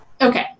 Okay